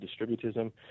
distributism